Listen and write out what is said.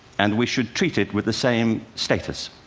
and we should treat it with the same status.